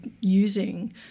using